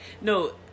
no